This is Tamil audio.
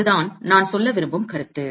அதுதான் நான் சொல்ல விரும்பும் கருத்து